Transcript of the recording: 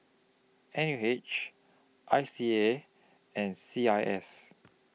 N U H I C A and C I S